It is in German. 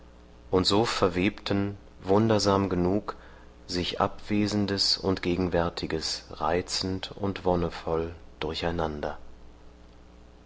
und so verwebten wundersam genug sich abwesendes und gegenwärtiges reizend und wonnevoll durcheinander